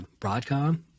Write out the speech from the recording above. Broadcom